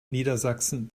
niedersachsen